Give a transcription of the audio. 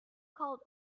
called